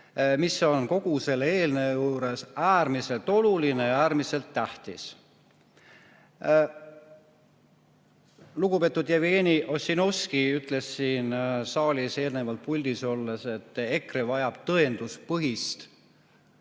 mis on kogu selle eelnõu juures äärmiselt oluline, äärmiselt tähtis. Lugupeetud Jevgeni Ossinovski ütles siin saalis eelnevalt puldis olles, et EKRE vajab alati tõenduspõhist